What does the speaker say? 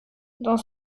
dans